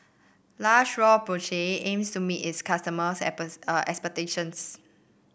La Roche Porsay aims to meet its customers' expectations